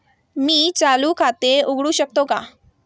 मी चालू खाते उघडू शकतो का?